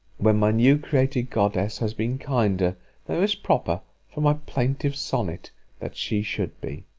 when my new-created goddess has been kinder than it was proper for my plaintive sonnet that she should be.